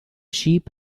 sheep